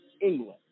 England